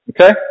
okay